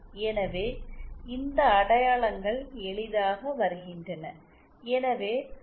எனவே இந்த அடையாளங்கள் எளிதாக வருகின்றன